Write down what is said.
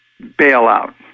bailout